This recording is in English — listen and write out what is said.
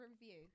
review